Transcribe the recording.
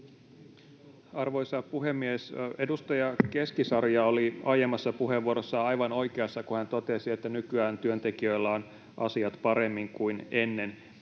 Arvoisa puhemies! Edustaja Keskisarja oli aiemmassa puheenvuorossaan aivan oikeassa, kun hän totesi, että nykyään työntekijöillä ovat asiat paremmin kuin ennen.